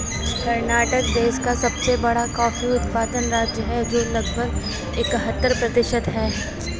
कर्नाटक देश का सबसे बड़ा कॉफी उत्पादन राज्य है, जो लगभग इकहत्तर प्रतिशत है